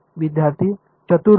विद्यार्थीः चतुर्भुज